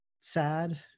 sad